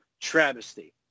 travesty